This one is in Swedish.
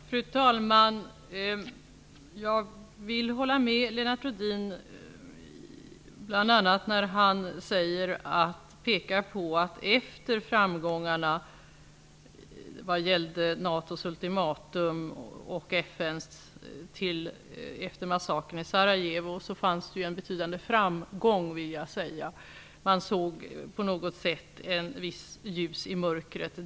Fru talman! Jag vill hålla med Lennart Rohdin om att det blev en betydande framgång efter det att NATO och FN ställde ultimatum i samband med massakern i Sarajevo. Ett visst mått av ljus uppenbarade sig i mörkret.